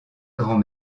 grand